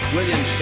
William